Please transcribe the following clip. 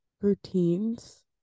routines